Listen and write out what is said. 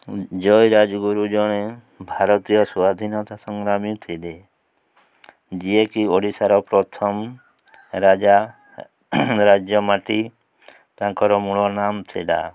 ଜୟୀ ରାଜଗୁରୁ ଜଣେ ଭାରତୀୟ ସ୍ଵାଧୀନତା ସଂଗ୍ରାମୀ ଥିଲେ ଯିଏକି ଓଡ଼ିଶାର ପ୍ରଥମ ରାଜା ରାଜ୍ୟ ମାଟି ତାଙ୍କର ମୂଳ ନାମ ଥିଲା